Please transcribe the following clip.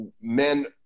men